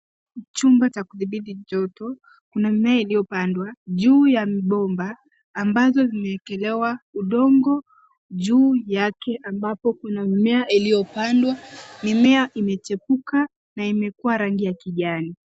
Chumba cha kudhibiti joto. Kuna mimea iliyopandwa, juu ya mabomba ambazo zimeekelewa udongo juu yake ambapo kuna mimea iliyopandwa. Mimea imechepuka na imekuwa ramgi ya kijani.